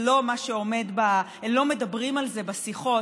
לא בשורות הליכוד, לא בשורות המפלגות.